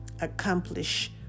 accomplish